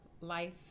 Life